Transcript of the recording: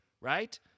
right